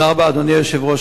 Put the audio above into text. אדוני היושב-ראש,